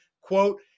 quote